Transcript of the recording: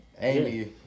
Amy